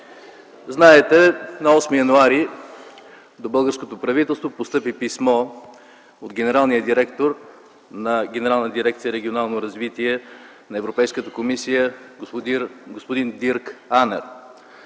Знаете, на 8 януари 2010 г. до българското правителство постъпи писмо от генералния директор на Генерална дирекция „Регионално развитие” на Европейската комисия господин Дирк Анер.